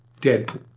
Deadpool